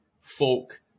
folk